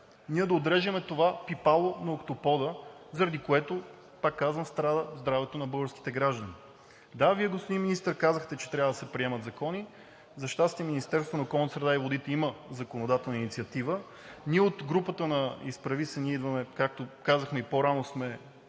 ние да отрежем това пипало на октопода, заради което, пак казвам, страда здравето на българските граждани? Да, Вие, господин Министър, казахте, че трябва да се приемат закони. За щастие, Министерството на околната среда и водите има законодателна инициатива. Ние от групата на „Изправи се БГ! Ние идваме!“, както казахме и по-рано, сме